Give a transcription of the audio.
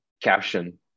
caption